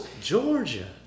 Georgia